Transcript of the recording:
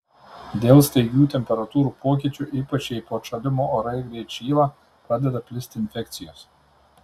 dėl staigių temperatūrų pokyčių ypač jei po atšalimo orai greit šyla pradeda plisti infekcijos